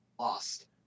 Lost